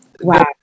Wow